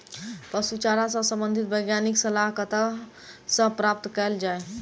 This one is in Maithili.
पशु चारा सऽ संबंधित वैज्ञानिक सलाह कतह सऽ प्राप्त कैल जाय?